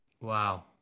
wow